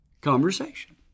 conversation